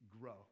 grow